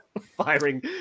firing